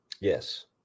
yes